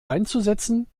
einzusetzen